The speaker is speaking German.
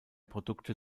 produkte